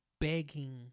begging